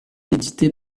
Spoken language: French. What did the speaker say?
édité